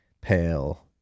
pale